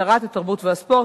שרת התרבות והספורט,